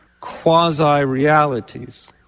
quasi-realities